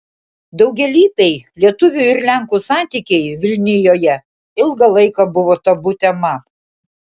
daugialypiai lietuvių ir lenkų santykiai vilnijoje ilgą laiką buvo tabu tema